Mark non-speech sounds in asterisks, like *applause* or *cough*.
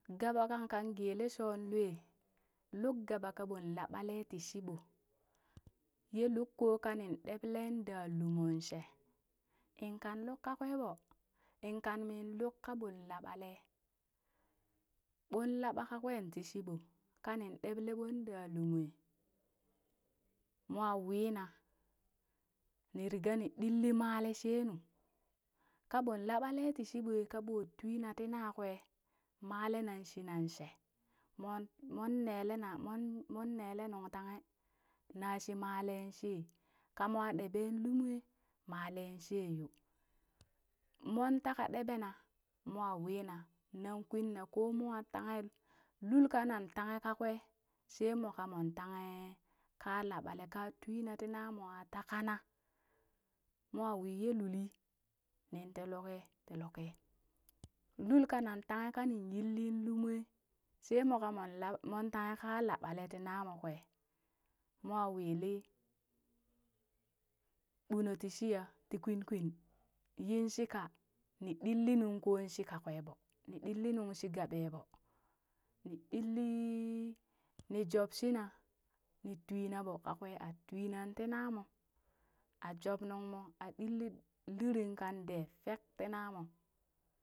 Gaba kang kan gee lee shoo lue luk gaba kaɓong labale ti shiɓo, *noise* ye luk koo kanin deble da lumon shee, in kan luk ka kwee ɓoo, in kanmi luk ka ɓon laɓale ɓoon laɓa kakwe tii shiɓoo, kanin ɗeɓle ɓon daa lumo mwa wina ni riga ni ɗilli male she nu, ka ɓo laɓale ti shiɓwe ka ɓo twina ti na kwe, male nan shinan she, mon mon nele na mon mon nele nung tanghe, na shi maleen she, kamwa ɗeɓe lumue maleen shee yo, mon taka ɗeɓena mwa wina nan kwinna koo mwa tanghe lulka na tanghe ka kwee shee mo ka moon tanghe kaa laɓale ka twina tii namoo aa takana, mo wii yee luli nin ti luki ti luki, lulka nan tanghe kani yilli lumue shee mo ƙaa mong lab mon tanghe ka laɓalee ti namo kwee mo wili ɓunu ti shiyan ti kwin kwin, yin shika nii ɗilli nung ko shi ka kwee ɓoo ni ɗilli nung she gaɓee ɓoo ni ɗilli ni job shina ni twina ɓoo ka kwee aa twinan tii namoo a job nunmo a ɗilli liriŋ kan dee fek tii namo.